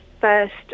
first